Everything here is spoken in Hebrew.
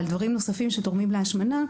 על דברים נוספים שתורמים להשמנה,